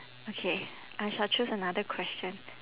okay I shall choose another question